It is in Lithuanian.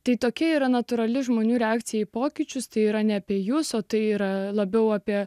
tai tokia yra natūrali žmonių reakcija į pokyčius tai yra ne apie jūsų tai yra labiau apie